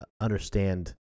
understand